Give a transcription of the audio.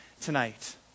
tonight